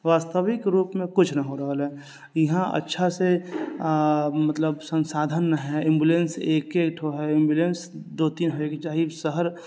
वास्तविक रूपमे कुछ न हो रहल है इहाँ अच्छा से अऽ मतलब सन्साधन है एम्बुलेन्स एकैठो है एम्बुलेन्स दो तीन होइ के चाही शहर